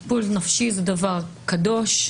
טיפול נפשי הוא דבר קדוש.